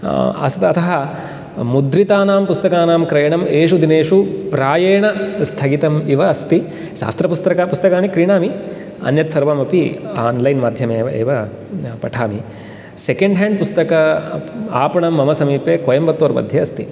अतः मुद्रितानां पुस्तकानां क्रयणं एषु दिनेषु प्रायेण स्थगितम् इव अस्ति शास्त्रपुस्तकं पुस्तकानि क्रीणामि अन्यत्सर्वमपि आन्लैन् माध्यमेव एव पठामि सेकेण्ड् हेण्ड् पुस्तक आपणं मम समीपे कोयम्बतूर्मध्ये अस्ति